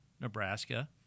Nebraska